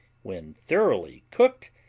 when thoroughly cooked,